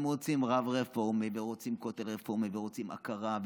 הם רוצים רב רפורמי ורוצים כותל רפורמי ורוצים הכרה,